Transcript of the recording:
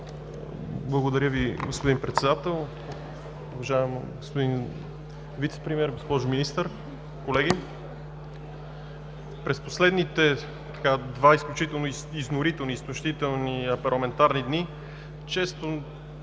Благодаря, господин Председател. Уважаеми господин Вицепремиер, госпожо Министър, колеги! През последните два изключителни, изморителни и изтощителни парламентарни дни, често